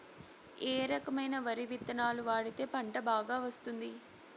ఏ రకమైన వరి విత్తనాలు వాడితే పంట బాగా వస్తుంది?